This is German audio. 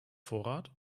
vorrat